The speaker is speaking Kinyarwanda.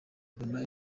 kubona